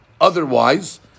otherwise